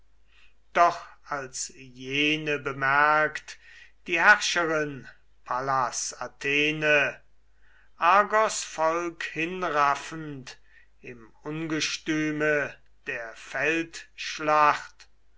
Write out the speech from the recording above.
doch als jene bemerkt die herrscherin pallas athene argos volk hinraffend im ungestüme der